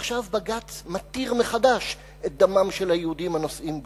ועכשיו בג"ץ מתיר מחדש את דמם של היהודים הנוסעים בו.